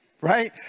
right